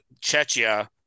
Chechia